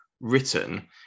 written